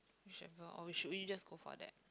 you should know or we should we just go for that